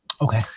okay